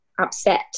upset